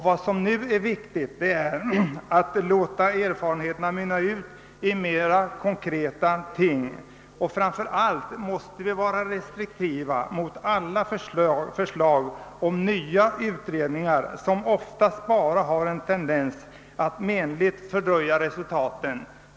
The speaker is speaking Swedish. Vad som nu är viktigt är att låta erfarenheterna mynna ut i mera konkreta ting. Framför allt måste vi vara restriktiva mot alla förslag om nya utredningar, vilka ofta bara har en tendens att menligt fördröja resultaten.